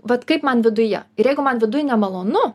vat kaip man viduje ir jeigu man viduj nemalonu